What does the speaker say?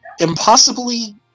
Impossibly